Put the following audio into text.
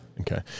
Okay